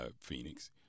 Phoenix